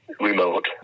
remote